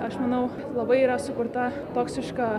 aš manau labai yra sukurta toksiška